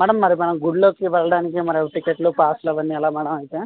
madam మరి గుళ్లోకి వెళ్ళడానికి మరి టికెట్లు పాస్ లు అవి అన్ని ఎలా మేడం అయితే